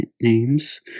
names